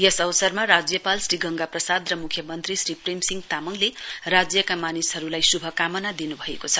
यस अवसरमा राज्यपाल श्री गंगा प्रसाद र मुख्यमन्त्री श्री प्रेमसिंह तामङले राज्यका मानिसहरूलाई शुभकामना दिनुभएको छ